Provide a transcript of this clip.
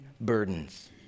burdens